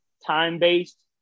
time-based